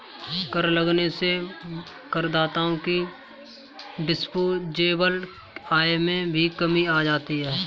कर लगने से करदाताओं की डिस्पोजेबल आय में भी कमी आ जाती है